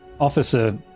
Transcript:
officer